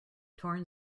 torn